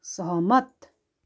सहमत